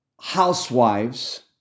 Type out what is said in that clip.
housewives